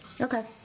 Okay